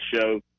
show